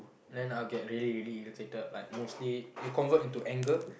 then I'll get really really irritated like mostly it'll convert into anger